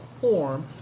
form